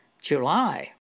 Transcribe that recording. July